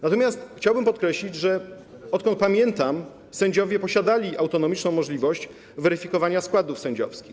Natomiast chciałbym podkreślić, że odkąd pamiętam sędziowie posiadali autonomiczną możliwość weryfikowania składów sędziowskich.